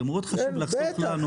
זה מאוד חשוב לעשות לנו.